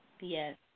Yes